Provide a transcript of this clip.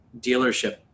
dealership